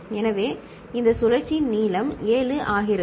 எனவே இந்த சுழற்சியின் நீளம் 7 ஆகிறது